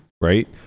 right